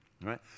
right